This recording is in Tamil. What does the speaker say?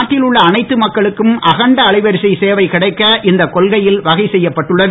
நாட்டில் உள்ள அனைத்து மக்களுக்கும் அகண்ட அலைவரிசை சேவை கிடைக்க இந்த கொள்கையில் வகை செய்யப்பட்டுள்ளது